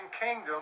kingdom